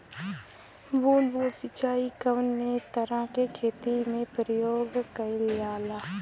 बूंद बूंद सिंचाई कवने तरह के खेती में प्रयोग कइलजाला?